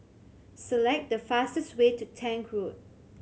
select the fastest way to Tank Road